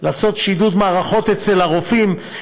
לעשות שידוד מערכות אצל הרופאים,